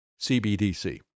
CBDC